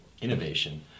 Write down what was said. innovation